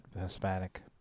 Hispanic